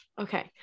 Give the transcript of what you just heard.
Okay